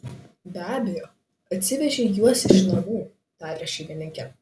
be abejo atsivežei juos iš namų taria šeimininkė